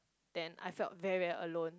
then I felt very very alone